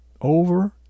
over